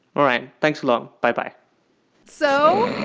all right. thanks a lot. bye-bye so.